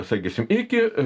sakysim iki